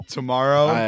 Tomorrow